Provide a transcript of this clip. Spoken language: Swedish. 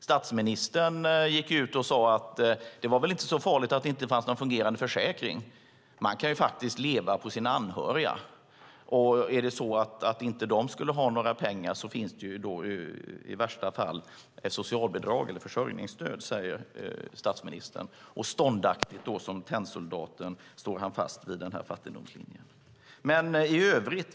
Statsministern gick ut och sade att det väl inte var så farligt att det inte fanns någon fungerande försäkring. Man kan ju leva på sina anhöriga, och om de inte skulle ha några pengar finns det i värsta fall socialbidrag eller försörjningsstöd, säger statsministern. Ståndaktigt som tennsoldaten står han fast vid fattigdomslinjen.